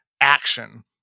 action